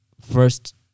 first